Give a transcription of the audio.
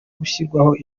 gushyirwaho